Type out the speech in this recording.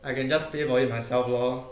I can just pay for it myself lor